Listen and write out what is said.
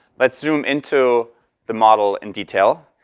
let's zoom into the model in detail.